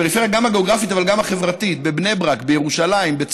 גם הפריפריה הגיאוגרפית אבל גם החברתית: בבני ברק,